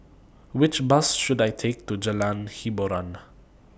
Which Bus should I Take to Jalan Hiboran